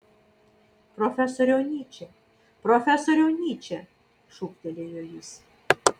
profesoriau nyče profesoriau nyče šūktelėjo jis